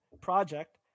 project